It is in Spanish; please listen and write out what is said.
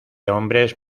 hombres